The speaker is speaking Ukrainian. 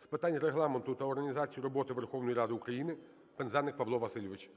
з питань Регламенту та організації роботи Верховної Ради України Пинзеник Павло Васильович. 12:51:04 ПИНЗЕНИК